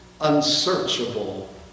unsearchable